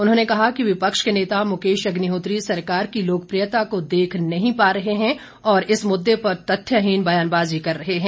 उन्होंने कहा कि विपक्ष के नेता मुकेश अग्निहोत्री सरकार की लोकप्रियता को देख नहीं पा रहे हैं और इस मुद्दे पर तथ्यहीन बयानबाजी कर रहे हैं